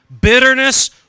bitterness